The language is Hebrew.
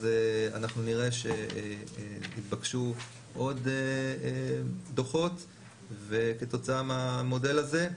אז אנחנו נראה שהתבקשו עוד דוחות כתוצאה מהמודל הזה,